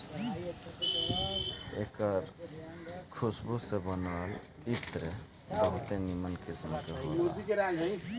एकर खुशबू से बनल इत्र बहुते निमन किस्म के होला